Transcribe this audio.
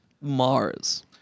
Mars